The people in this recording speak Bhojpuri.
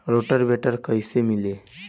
रोटर विडर कईसे मिले?